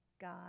God